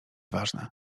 ważne